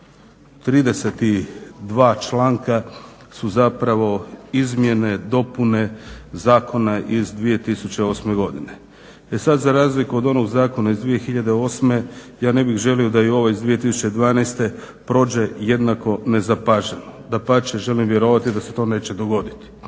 32 članka su zapravo izmjene, dopune zakona iz 2008. godine. E sad za razliku od onog zakona iz 2008. ja ne bih želio da i ovaj iz 2012. prođe jednako nezapaženo. Dapače, želim vjerovati da se to neće dogoditi.